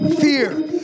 fear